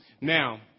Now